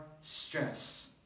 stress